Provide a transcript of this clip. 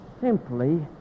simply